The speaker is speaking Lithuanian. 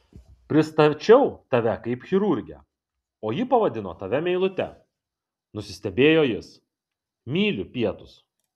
pristačiau tave kaip chirurgę o ji pavadino tave meilute nusistebėjo jis myliu pietus